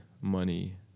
money